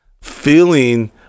feeling